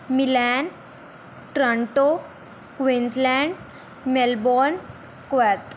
Milan Toronto Queensland Melbourne Kuwait